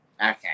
Okay